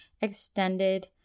extended